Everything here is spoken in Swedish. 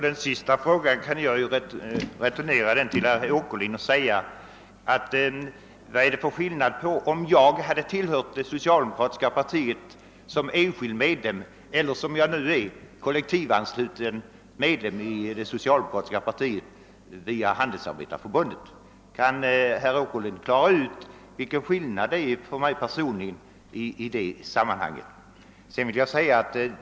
Herr talman! Jag kan returnera den frågan till herr Åkerlind och säga: Kan herr Åkerlind förklara vilken skillnaden skulle ha blivit för mig personligen om jag hade tillhört det socialdemokratiska partiet som enskild medlem i stället för att som nu tillhöra det som kollektivansluten via Handelsarbetareförbundet?